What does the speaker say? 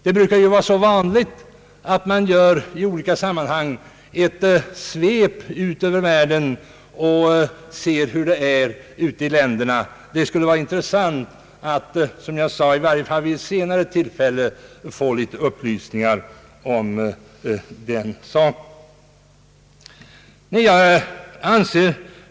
Det brukar vara vanligt att man i olika sammanhang gör ett svep ut över världen och ser hur det är i andra länder. Det skulle som jag sade vara intressant att i varje fall vid ett senare tillfälle få upplysningar om denna sak.